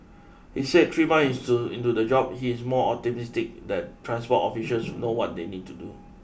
he said three months into into the job he is more optimistic that transport officials know what they need to do